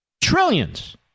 Trillions